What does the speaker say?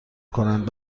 کنند